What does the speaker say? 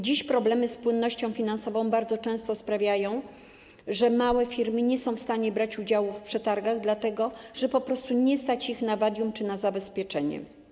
Dziś problemy z płynnością finansową bardzo często sprawiają, że małe firmy nie są w stanie brać udziału w przetargach, dlatego że po prostu nie stać ich na wadium czy na zabezpieczenie.